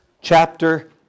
chapter